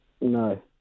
No